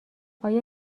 آیا